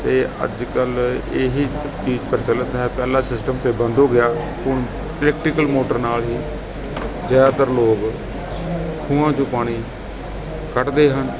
ਅਤੇ ਅੱਜ ਕੱਲ੍ਹ ਇਹੀ ਚੀਜ਼ ਪ੍ਰਚੱਲਿਤ ਹੈ ਪਹਿਲਾ ਸਿਸਟਮ ਤਾਂ ਬੰਦ ਹੋ ਗਿਆ ਹੁਣ ਇਲੈਕਟ੍ਰੀਕਲ ਮੋਟਰ ਨਾਲ ਹੀ ਜ਼ਿਆਦਾਤਰ ਲੋਕ ਖੂਹਾਂ 'ਚੋਂ ਪਾਣੀ ਕੱਢਦੇ ਹਨ